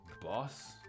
boss